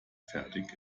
fertig